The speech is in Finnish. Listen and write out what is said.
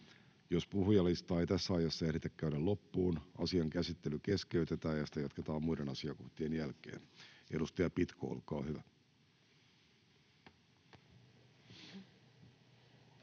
Jos puhujalistaa ei tässä ajassa ehditä käydä loppuun, asian käsittely keskeytetään ja sitä jatketaan muiden asiakohtien jälkeen. — Edustaja Pitko, olkaa hyvä.